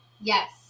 Yes